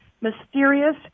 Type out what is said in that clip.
mysterious